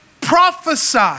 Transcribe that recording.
prophesy